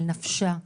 על נפשה.